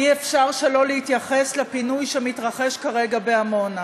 אי-אפשר שלא להתייחס לפינוי שמתרחש כרגע בעמונה.